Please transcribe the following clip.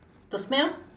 the smell